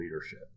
leadership